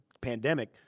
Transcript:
pandemic